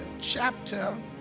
chapter